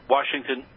Washington